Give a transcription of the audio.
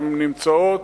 הן נמצאות,